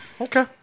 Okay